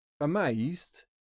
amazed